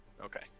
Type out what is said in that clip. Okay